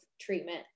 treatment